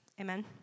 Amen